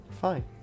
Fine